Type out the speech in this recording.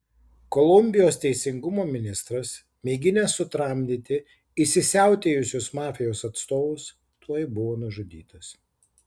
kolumbijos teisingumo ministras mėginęs sutramdyti įsisiautėjusius mafijos atstovus tuoj buvo nužudytas